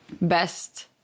best